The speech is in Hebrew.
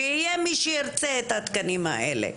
שיהיה מי שירצה את התקנים האלה.